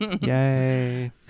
Yay